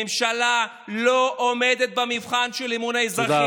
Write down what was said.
הממשלה לא עומדת במבחן של אמון האזרחים,